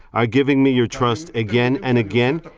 are giving me your trust again and again,